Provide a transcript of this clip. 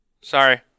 Sorry